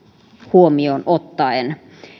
huomioon ottaen